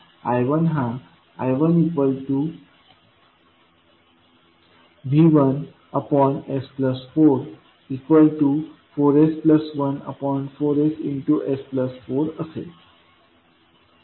I1हा I1V1s44s14ss4असेल